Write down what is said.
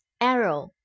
Arrow